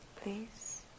please